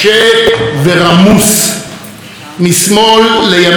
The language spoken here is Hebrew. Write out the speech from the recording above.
משמאל לימין ומימין לשמאל.